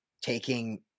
taking